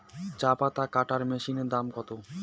চাপাতা কাটর মেশিনের দাম কত?